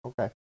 Okay